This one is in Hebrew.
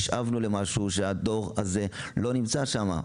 נשאבנו למשהו שהדור הזה לא נמצא שם.